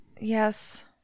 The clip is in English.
yes